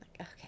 Okay